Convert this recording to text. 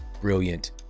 brilliant